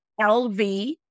LV